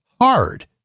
hard